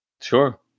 Sure